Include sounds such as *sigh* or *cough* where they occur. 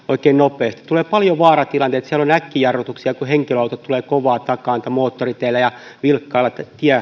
*unintelligible* oikein nopeasti tulee paljon vaaratilanteita siellä on äkkijarrutuksia kun henkilöautot tulevat kovaa takaa moottoriteillä ja vilkkailla